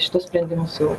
šitus sprendimus jau